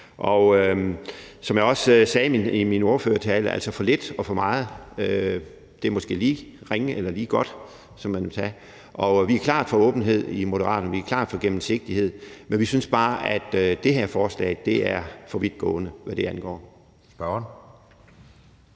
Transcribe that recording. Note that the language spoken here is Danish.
Som jeg også sagde i min ordførertale: »for lidt og for meget«. Det er måske lige ringe eller lige godt; det er, som man tager det. Og vi er klart for åbenhed i Moderaterne. Vi er klart for gennemsigtighed. Men vi synes bare, at det her forslag er for vidtgående, hvad det angår.